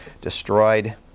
destroyed